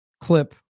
clip